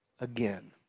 Again